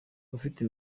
abafite